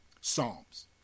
Psalms